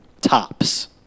tops